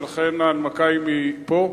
ולכן ההנמקה היא מפה.